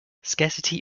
scarcity